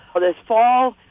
but this fall,